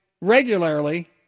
regularly